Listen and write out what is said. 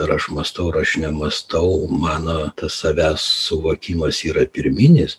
ar aš mąstau ar aš nemąstau mano tas savęs suvokimas yra pirminis